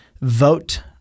vote